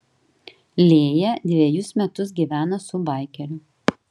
lėja dvejus metus gyveno su baikeriu